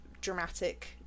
dramatic